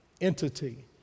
entity